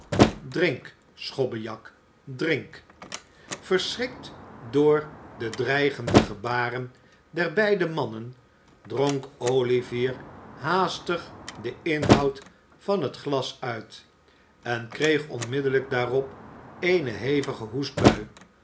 drink schobbejak drink verschrikt door de dreigende gebaren der beide mannen dronk olivier haastig den inhoud van het glas uit en kreeg onmiddellijk daarop eene hevige hoestbui